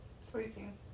Sleeping